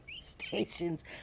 stations